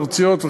ארציות,